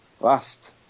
last